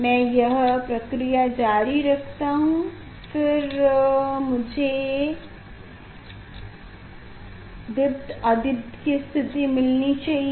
मैं यह प्रक्रिया जारी रखता हूँ मुझे फिर से दीप्त अदीप्त की स्थिति मिलनी चाहिए